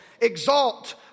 exalt